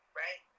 right